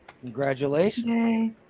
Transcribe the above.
congratulations